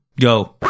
go